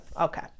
Okay